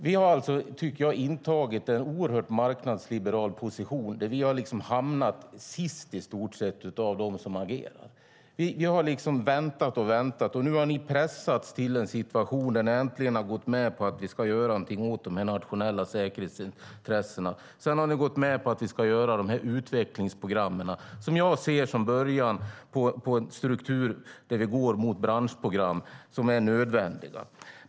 Vi har, tycker jag, intagit en oerhört marknadsliberal position där vi har hamnat sist, i stort sett, av dem som agerar. Vi har väntat och väntat, och nu har ni pressats till en situation där ni äntligen har gått med på att vi ska göra någonting åt de här nationella säkerhetsintressena. Sedan har ni gått med på att vi ska göra de här utvecklingsprogrammen, som jag ser som en början på en struktur där vi går mot branschprogram som är nödvändiga.